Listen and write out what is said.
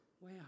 wow